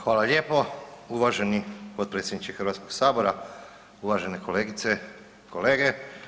Hvala lijepo uvaženi potpredsjedniče Hrvatskog sabora, uvažene kolegice i kolege.